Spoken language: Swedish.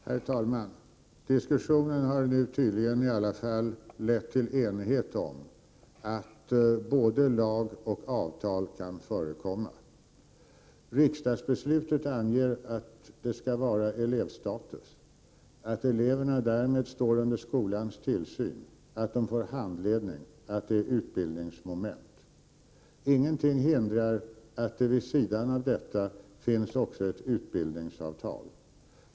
Herr talman! Diskussionen har nu tydligen i alla fall lett till enighet om att både lag och avtal kan förekomma. Riksdagsbeslutet anger att det skall vara elevstatus, att eleverna därmed står under skolans tillsyn och får handledning och att det är fråga om utbildningsmoment. Ingenting hindrar att det vid sidan av detta också finns ett utbildningsavtal.